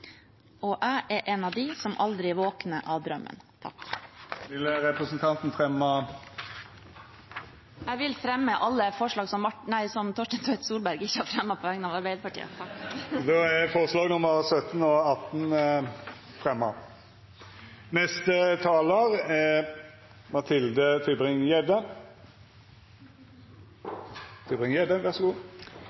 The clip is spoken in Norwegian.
Og jeg er «En av de som aldri våkner av drømmen». Jeg fremmer de forslagene som Torstein Tvedt Solberg ikke har fremmet på vegne av Arbeiderpartiet. Da har representanten Nina Sandberg fremja dei forslaga ho refererte til, forslaga nr. 17 og 18.